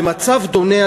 ומצב דומה,